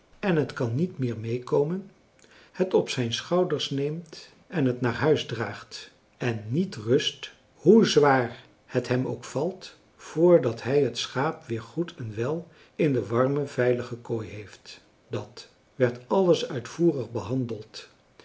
en het kan niet meer meekomen het op zijn schouders neemt en het naar huis draagt en niet rust hoe zwaar het hem ook valt voordat hij het schaap weer goed en wel in de warme veilige kooi heeft dat werd alles uitvoerig behandeld